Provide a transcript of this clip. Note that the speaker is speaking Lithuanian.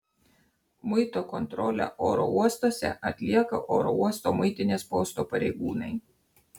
muito kontrolę oro uostuose atlieka oro uosto muitinės posto pareigūnai